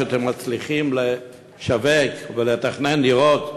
שאתם מצליחים לתכנן ולשווק דירות,